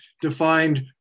defined